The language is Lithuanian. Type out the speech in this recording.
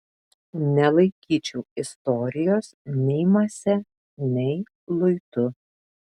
nelaikyčiau istorijos nei mase nei luitu